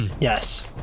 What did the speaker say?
Yes